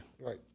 Right